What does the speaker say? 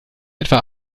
etwa